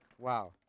wow